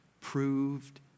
proved